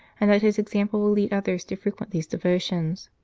and that his example will lead others to frequent these devotions.